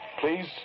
Please